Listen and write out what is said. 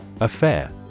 Affair